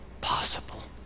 possible